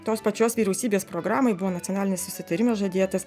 tos pačios vyriausybės programai buvo nacionalinis susitarimas žadėtas